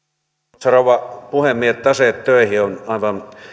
arvoisa rouva puhemies taseet töihin on aivan